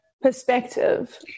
perspective